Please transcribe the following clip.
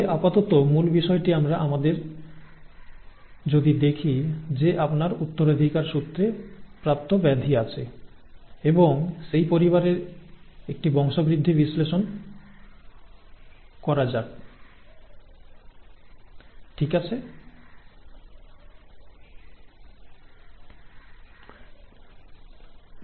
তবে আপাতত মূল বিষয়টি আমরা আমাদের যদি দেখি যে আপনার উত্তরাধিকারসূত্রে প্রাপ্ত ব্যাধি আছে এবং সেই পরিবারের একটি বংশবৃদ্ধি বিশ্লেষণ করা যাক ঠিক কী